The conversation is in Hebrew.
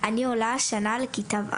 אני עולה השנה לכיתה ו'.